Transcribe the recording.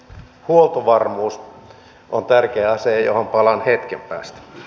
huoltovarmuus on tärkeä asia johon palaan hetken päästä